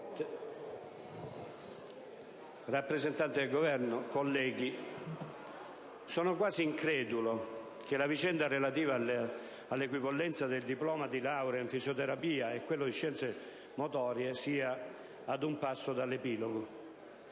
Presidente, rappresentanti del Governo, colleghi, sono quasi incredulo che la vicenda relativa all'equipollenza del diploma di laurea in fisioterapia a quello in scienze motorie sia ad un passo dall'epilogo.